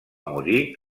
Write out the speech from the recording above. morir